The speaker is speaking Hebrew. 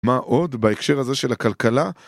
מה עוד בהקשר הזה של הכלכלה?